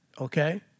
Okay